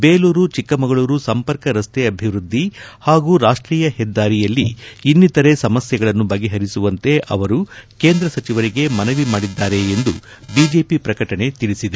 ಬೇಲೂರು ಚಕ್ಕಮಗಳೂರು ಸಂಪರ್ಕ ರಸ್ತೆ ಅಭಿವೃದ್ಧಿ ಹಾಗೂ ರಾಷ್ಟೀಯ ಹೆದ್ದಾರಿಯಲ್ಲಿ ಇನ್ನಿತರೆ ಸಮಸ್ಥೆಗಳನ್ನು ಬಗೆಹರಿಸುವಂತೆ ಅವರು ಕೇಂದ್ರ ಸಚಿವರಿಗೆ ಮನವಿ ಮಾಡಿದ್ದಾರೆ ಎಂದು ಬಿಜೆಪಿ ಪ್ರಕಟಣೆ ತಿಳಿಸಿದೆ